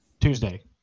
Tuesday